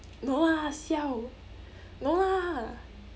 no lah siao no lah